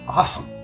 awesome